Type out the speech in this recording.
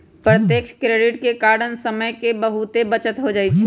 प्रत्यक्ष क्रेडिट के कारण समय के बहुते बचत हो जाइ छइ